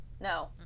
No